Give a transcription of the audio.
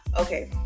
Okay